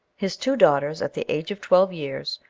his two daughters, at the age of twelve years,